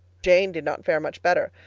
jane did not fare much better.